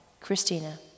Christina